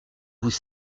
vous